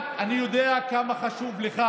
אני יודע כמה חשוב לך